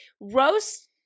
roast